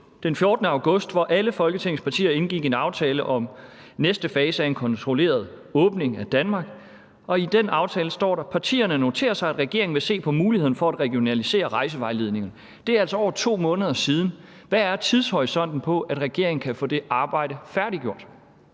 den 14. august, hvor alle Folketingets partier indgik en aftale om den næste fase af en kontrolleret åbning af Danmark, og i den aftale står der: Partierne noterer sig, at regeringen vil se på muligheden for at regionalisere rejsevejledningen. Det er altså over 2 måneder siden. Hvad er tidshorisonten på, at regeringen kan få det arbejde færdiggjort?